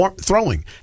throwing